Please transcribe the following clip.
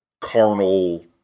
carnal